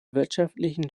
wirtschaftlichen